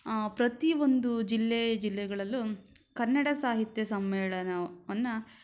ಪ್ರತಿ ಒಂದು ಜಿಲ್ಲೆ ಜಿಲ್ಲೆಗಳಲ್ಲೂ ಕನ್ನಡ ಸಾಹಿತ್ಯ ಸಮ್ಮೇಳನವನ್ನು